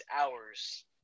hours